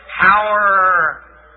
power